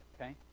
okay